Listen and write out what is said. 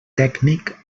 tècnic